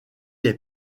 est